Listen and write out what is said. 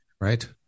Right